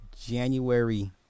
January